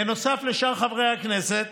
בנוסף לשאר חברי הכנסת,